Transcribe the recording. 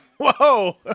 Whoa